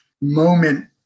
moment